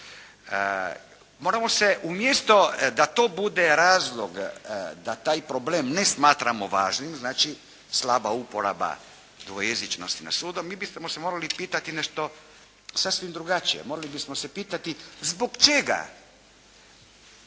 Moramo se umjesto da to bude razlog da taj problem ne smatramo važnim, znači slaba uporaba dvojezičnosti na sudu mi bismo se morali pitati nešto sasvim drugačije, morali bismo se pitati zbog čega